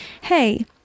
hey